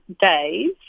days